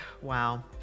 Wow